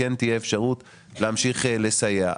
אם כן תהיה אפשרות להמשיך לסייע.